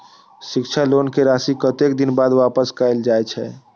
शिक्षा लोन के राशी कतेक दिन बाद वापस कायल जाय छै?